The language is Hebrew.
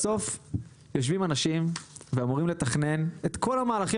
בסוף יושבים אנשים ואמורים לתכנן את כל המהלכים